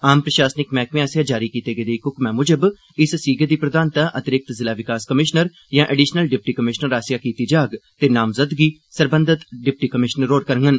आम प्रशासनिक मैह्कमे आसेआ जारी कीते गेदे इक हुक्मै मुजब इस सीगे दी प्रधानता अतिरिक्त जिला विकास कमिशनर यां एडीशनल डिप्टी कमिशनर आसेआ कीती जाग ते नामज़दगी सरबंधत डिप्टी कमिशनर होर करङन